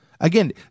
Again